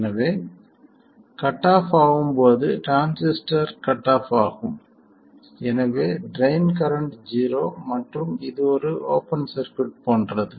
எனவே cut off ஆகும் போது போது டிரான்சிஸ்டர் கட் ஆ ஃப் ஆகும் அதன் ட்ரைன் கரண்ட் 0 மற்றும் இது ஒரு ஓப்பன் சர்க்யூட் போன்றது